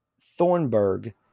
Thornburg